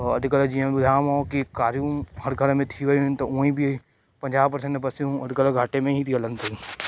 ऐं अॼकल्ह जीअं ॿुधायोमाव की कारियूं हर घर में थी वियूं आहिनि त हूअं ई बि पंजाह परसेंट बसियूं अॼकल्ह घाटे में ई थी हलनि पियूं